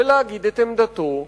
להגיד את עמדתו,